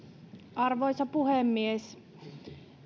arvoisa puhemies